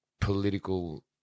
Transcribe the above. political